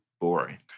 boring